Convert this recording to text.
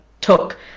took